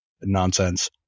nonsense